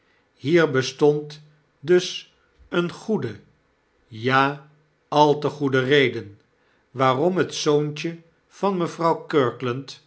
neef ihierbestond dus eene goede ja al te goede reden waarom het zoontje van mevrouw